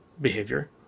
behavior